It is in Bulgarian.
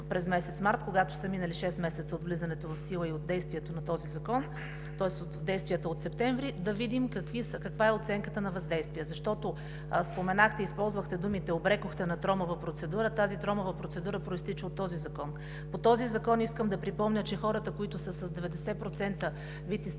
през месец март, когато са минали шест месеца от влизането в сила и от действието на Закона, тоест от действията от септември, да видим каква е оценката на въздействие. Използвахте думите „обрекохте на тромава процедура“ – тази тромава процедура произтича от този закон. По същия закон, искам да припомня, хората, които са с 90% вид и степен